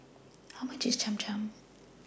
How much IS Cham Cham